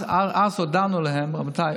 אז הודענו להם: רבותיי,